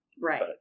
Right